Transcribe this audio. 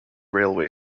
railway